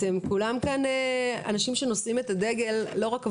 אתם כולם כאן אנשים שנושאים את הדגל ולא רק עבורכם,